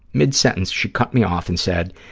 mid-sentence she cut me off and said,